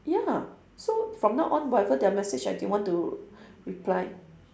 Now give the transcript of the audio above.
ya so from now on whatever their message I didn't want to reply